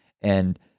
And-